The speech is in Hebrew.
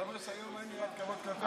אז אתה אומר שהיום אין יראת כבוד כלפי הכנסת.